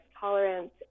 tolerance